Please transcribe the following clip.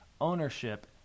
ownership